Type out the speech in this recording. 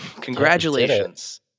Congratulations